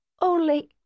Only